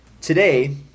Today